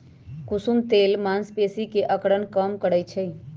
कुसुम तेल मांसपेशी के अकड़न कम करई छई